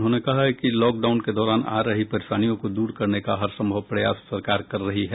उन्होंने कहा कि लॉक डाउन के दौरान आ रही परेशानियों को दूर करने का हरसंभव प्रयास सरकार कर रही है